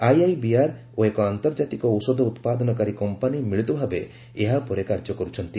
IIBR ଓ ଏକ ଆନ୍ତର୍ଜାତିକ ଔଷଧ ଉତ୍ପାଦନକାରୀ କମ୍ପାନି ମିଳିତ ଭାବେ ଏହା ଉପରେ କାର୍ଯ୍ୟ କରୁଛନ୍ତି